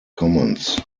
commons